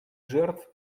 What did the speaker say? жертв